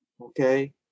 Okay